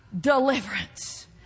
deliverance